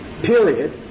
Period